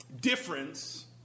difference